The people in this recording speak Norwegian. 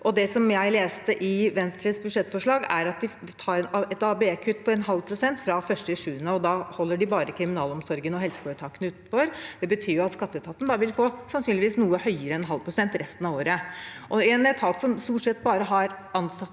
Det jeg leste i Venstres budsjettforslag, er at de tar et ABE-kutt på en halv prosent fra 1. juli, og da holder de bare kriminalomsorgen og helseforetakene utenfor. Det betyr at skatteetaten sannsynligvis vil få et noe høyere kutt enn en halv prosent resten av året. For en etat som stort sett bare har ansatte